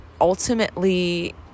ultimately